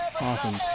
Awesome